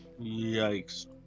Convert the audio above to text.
Yikes